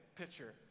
picture